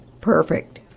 Perfect